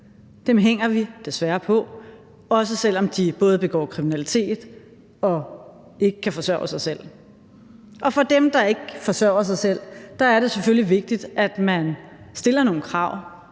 hænger vi desværre på, også selv om de både begår kriminalitet og ikke kan forsørge sig selv. Og for dem, der ikke forsørger sig selv, er det selvfølgelig vigtigt, at man stiller nogle krav,